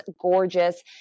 gorgeous